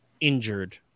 injured